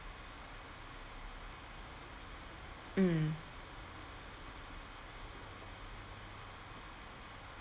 mm